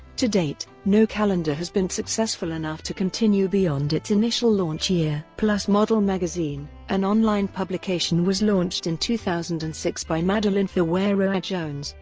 to date, no calendar has been successful enough to continue beyond its initial launch year. plus model magazine, an online publication was launched in two thousand and six by madeline figueroa-jones,